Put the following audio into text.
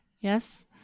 yes